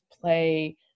play